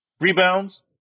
Rebounds